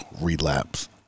relapse